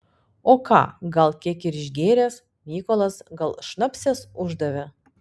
o ką gal kiek ir išgėręs mykolas gal šnapšės uždavė